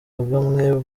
bamwe